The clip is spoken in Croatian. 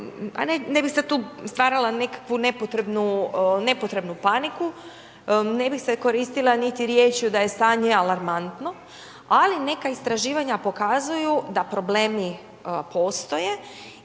ne bih sad tu stvarala nekakvu nepotrebnu paniku, ne bih se koristila niti riječju da je stanje alarmantno, ali neka istraživanja pokazuju da problemi postoje